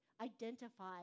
identify